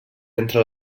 entre